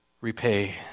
repay